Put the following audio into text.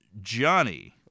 Johnny